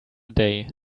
day